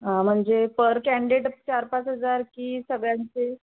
हा म्हणजे पर कँडिडेट चार पाच हजार की सगळ्यांचे